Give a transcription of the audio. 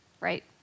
right